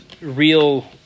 real